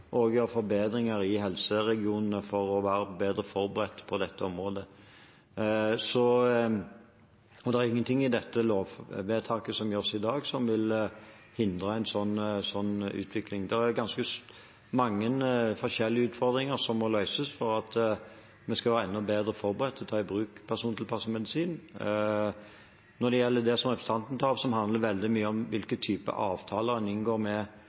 være bedre forberedt på dette området. Det er ingenting i det lovvedtaket som gjøres i dag, som vil hindre en slik utvikling. Det er ganske mange forskjellige utfordringer som må løses for at vi skal være enda bedre forberedt på å ta i bruk persontilpasset medisin. Når det gjelder det som representanten tar opp, som handler veldig mye om hvilken type avtaler en inngår med